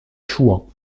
chouans